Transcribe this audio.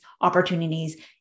opportunities